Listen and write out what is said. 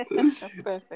Perfect